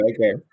Okay